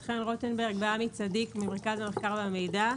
בת חן רוטנברג ועמי צדיק ממרכז המחקר והמידע.